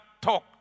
talk